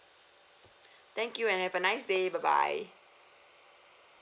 thank you and have a nice day bye bye